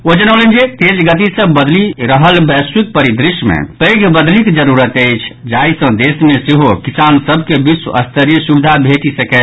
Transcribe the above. ओ जनौलनि जे तेज गति सँ बदलि रहल वैश्विक परिदृश्य मे पैघ बदलिक जरूरत अछि जाहि सँ देश मे सेहो किसान सभ के विश्व स्तरीय सुविधा भेटि सकय